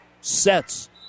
sets